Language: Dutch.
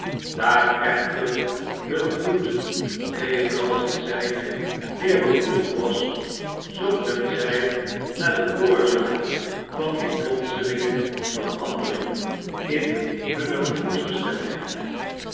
daar echter hun bloed evenals het zijne weer bekoeld was zochten zij naar de oorzaak van die plotselinge verandering in hunne gemoedsgesteldheid